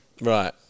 Right